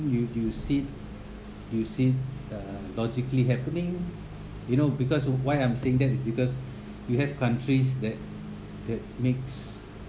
you do you see do you see uh logically happening you know because why I'm saying that is because you have countries that that makes